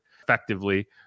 effectively